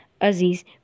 Aziz